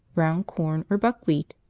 round corn or buckwheat.